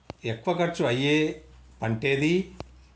ఎక్కువ ఖర్చు అయ్యే పంటేది?